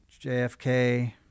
JFK